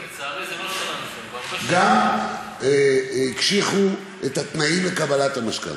לצערי, גם הקשיחו את התנאים לקבלת משכנתה,